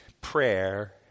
prayer